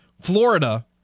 Florida